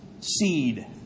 seed